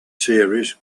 series